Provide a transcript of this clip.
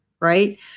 right